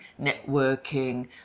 networking